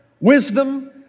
wisdom